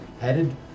Headed